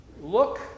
look